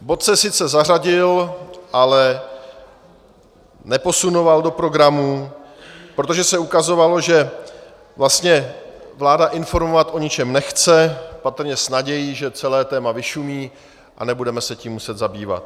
Bod se sice zařadil, ale neposunoval do programu, protože se ukazovalo, že vlastně vláda informovat o ničem nechce, patrně s nadějí, že celé téma vyšumí a nebudeme se tím muset zabývat.